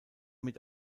mit